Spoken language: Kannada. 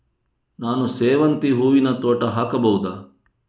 ನಾನು ಸೇವಂತಿ ಹೂವಿನ ತೋಟ ಹಾಕಬಹುದಾ?